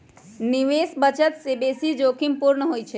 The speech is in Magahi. निवेश बचत से बेशी जोखिम पूर्ण होइ छइ